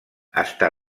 està